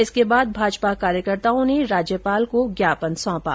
इसके बाद भाजपा कार्यकर्ताओं ने राज्यपाल को ज्ञापन सौंपा